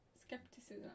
skepticism